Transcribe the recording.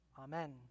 Amen